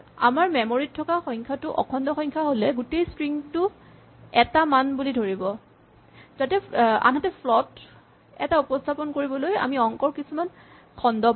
আমাৰ মেমৰী ত থকা সংখ্যাটো অখণ্ড সংখ্যা হ'লে গোটেই স্ট্ৰিং টো এটা মান বুলি ধৰিব আনহাতে ফ্লট এটা উপস্হাপন কৰিবলৈ আমি অংকৰ কিছুমান খণ্ড পাওঁ